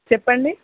చెప్పండి